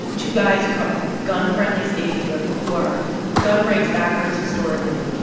two guys who come from gun-friendly states who have who are gun rights backers historically.